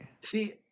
See